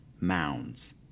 mounds